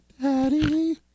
Daddy